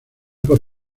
por